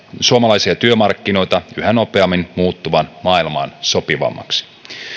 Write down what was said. suomalaisia työmarkkinoita yhä nopeammin muuttuvaan maailmaan sopivammiksi